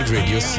Radio